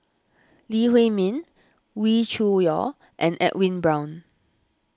Lee Huei Min Wee Cho Yaw and Edwin Brown